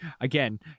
again